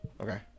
Okay